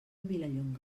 vilallonga